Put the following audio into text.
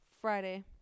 Friday